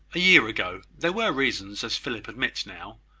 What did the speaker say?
a year ago, there were reasons, as philip admits now,